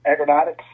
Agronautics